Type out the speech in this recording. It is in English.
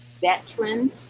veterans